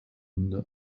runde